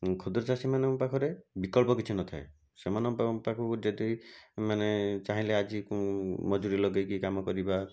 କ୍ଷୁଦ୍ର ଚାଷୀମାନଙ୍କ ପାଖରେ ବିକଳ୍ପ କିଛି ନଥାଏ ସେମାନଙ୍କ ପାଖକୁ ଯେତିକି ମାନେ ଚାହିଁଲେ ଆଜି ମଜୁରୀ ଲଗାଇକି କାମ କରିବା